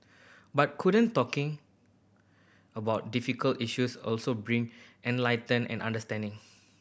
but couldn't talking about difficult issues also bring enlighten and understanding